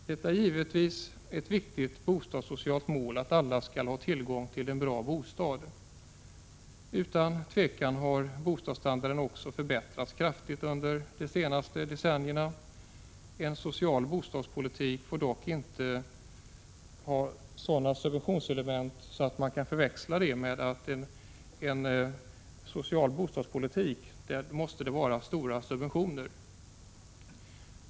Det är givetvis ett viktigt bostadssocialt mål att alla skall ha tillgång till en bra bostad. Utan tvivel har bostadsstandarden också förbättrats kraftigt under de senaste decennierna. En social bostadspolitik får dock inte innehålla sådana subventionselement att man kan förledas att tro att det i en bra, social bostadspolitik måste vara stora subventioner.